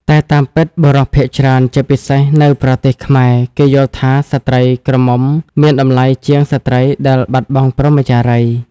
តែតាមពិត បុរសភាគច្រើន ជាពិសេស នៅប្រទេសខ្មែរ គេយល់ថា ស្ត្រីក្រមុំមានតម្លៃជាងស្ត្រីដែលបាត់បង់ព្រហ្មចារីយ៍។